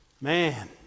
Man